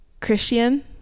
Christian